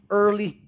early